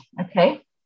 Okay